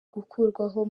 gukurwaho